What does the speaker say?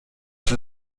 sie